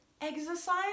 exercise